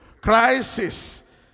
Crisis